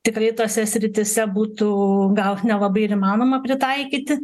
tikrai tose srityse būtų gal nelabai ir įmanoma pritaikyti